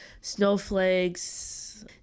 snowflakes